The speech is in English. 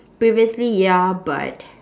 previously ya but